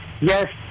Yes